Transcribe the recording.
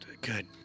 Good